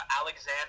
Alexander